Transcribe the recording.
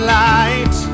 light